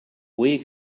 week